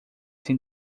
sem